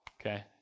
okay